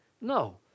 No